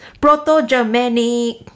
Proto-Germanic